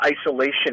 isolation